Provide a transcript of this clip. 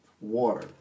Water